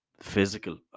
physical